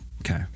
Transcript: Okay